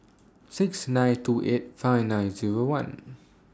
six nine two eight five nine Zero one